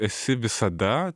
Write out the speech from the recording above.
esi visada